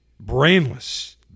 brainless